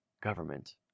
government